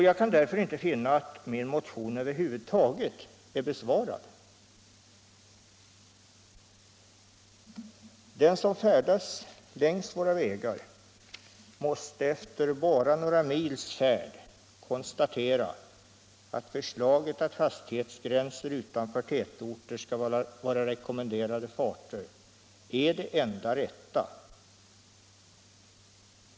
Jag kan därför inte finna att min motion över huvud taget är besvarad. Den som färdas längs våra vägar måste efter bara några mils färd konstatera att förslaget att hastighetsgränser utanför tätorter skall vara rekommenderade farter är det enda rätta.